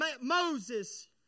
Moses